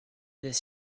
this